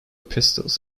pistols